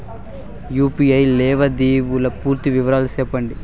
UPI లావాదేవీల పూర్తి వివరాలు సెప్పండి?